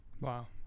Wow